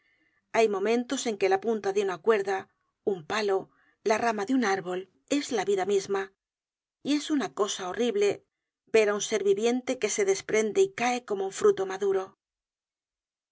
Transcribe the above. hay momentos en que la punta de una cuerda un palo la rama de un árbol es la vida misma y es una cosa horrible ver á un ser viviente que se desprende y cae como un fruto maduro de